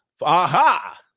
aha